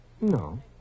No